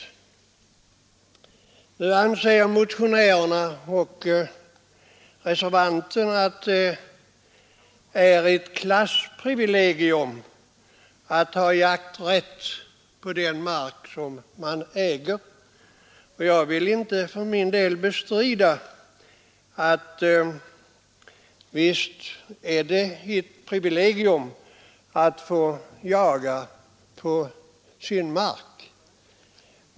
Motionärerna och reservanten anser att det är ett klassprivilegium att ha jakträtt på den mark man äger. Jag vill för min del inte bestrida att det är ett privilegium att få jaga på sin mark.